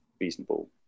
reasonable